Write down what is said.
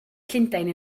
llundain